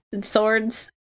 Swords